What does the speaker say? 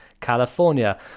California